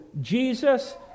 Jesus